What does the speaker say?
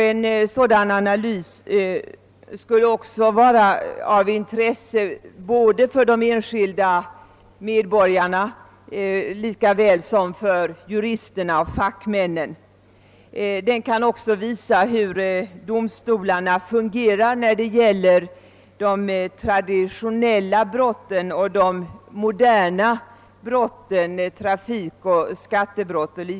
En sådan analys skulle vara av intresse både för de enskilda medborgarna och för juristerna och fackmännen. Den kan visa hur domstolarna fungerar när det gäller de traditionella brotten och de moderna brotten, trafikoch skattebrott 0. S. V.